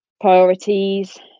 priorities